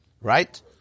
right